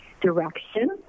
direction